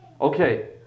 Okay